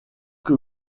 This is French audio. que